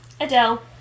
adele